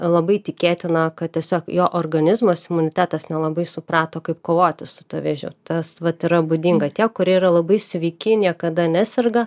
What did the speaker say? labai tikėtina kad tiesiog jo organizmas imunitetas nelabai suprato kaip kovoti su tuo vėžiu tas vat yra būdinga tiem kurie yra labai sveiki niekada neserga